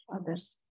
others